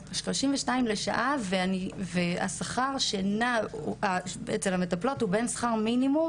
32 ₪ לשעה והשכר שנע אצל המטפלות הוא בין שכר המינימום,